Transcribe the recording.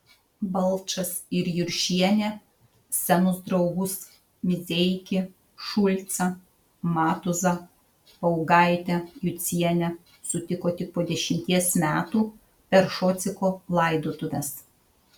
balčas ir juršienė senus draugus mizeikį šulskį matuzą paugaitę jucienę sutiko tik po dešimties metų per šociko laidotuves